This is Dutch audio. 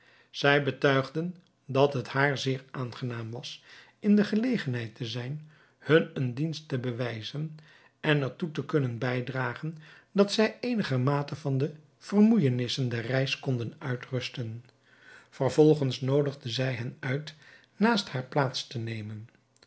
zij betuigden dat het haar zeer aangenaam was in de gelegenheid te zijn hun eene dienst te bewijzen en er toe te kunnen bijdragen dat zij eenigermate van de vermoeijenissen der reis konden uitrusten vervolgens noodigden zij hen uit naast haar plaats te nemen